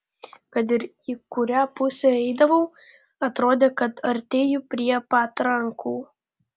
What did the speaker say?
kad ir į kurią pusę eidavau atrodė kad artėju prie patrankų